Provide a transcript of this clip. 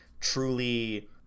truly